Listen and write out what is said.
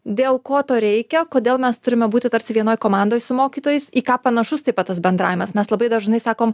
dėl ko to reikia kodėl mes turime būti tarsi vienoj komandoj su mokytojais į ką panašus taip pat tas bendravimas mes labai dažnai sakom